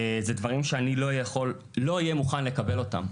אלה דברים שאני לא יכול, לא אהיה מוכן לקבל אותם.